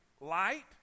light